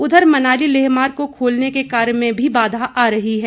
उधर मनाली लेह मार्ग को खोलने के कार्य में भी बाधा आ रही है